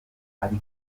ari